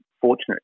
fortunate